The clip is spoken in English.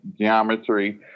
geometry